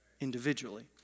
individually